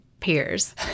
peers